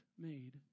made